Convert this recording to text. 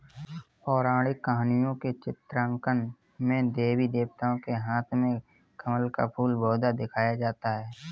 पौराणिक कहानियों के चित्रांकन में देवी देवताओं के हाथ में कमल का फूल बहुधा दिखाया जाता है